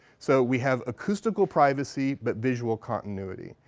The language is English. so we have acoustical privacy but visual continuity.